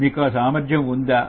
మీకు ఆ సామర్థ్యం ఉందా